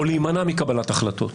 או להימנע מקבלת החלטות,